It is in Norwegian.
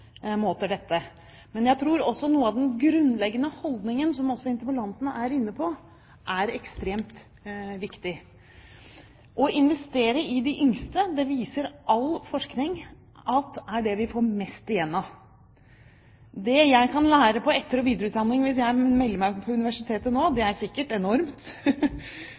måter. Jeg tror også den grunnleggende holdningen, som også interpellanten var inne på, er ekstremt viktig. All forskning viser at vi får mest igjen for å investere i de yngste. Det jeg kan lære hvis jeg melder meg opp på universitetet nå for å ta etter- og videreutdanning, er sikkert enormt,